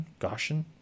Gaussian